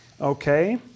Okay